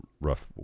rough